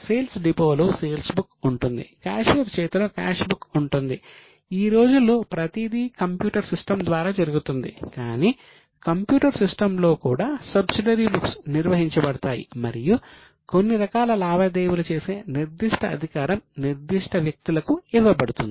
sales depot నిర్వహించబడతాయి మరియు కొన్ని రకాల లావాదేవీలు చేసే నిర్దిష్ట అధికారం నిర్దిష్ట వ్యక్తులకు ఇవ్వబడుతుంది